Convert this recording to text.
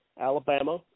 Alabama